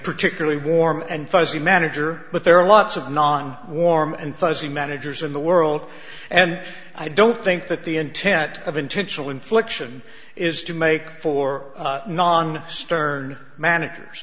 particularly warm and fuzzy manager but there are lots of non warm and fuzzy managers in the world and i don't think that the intent of intentional infliction is to make for non stern managers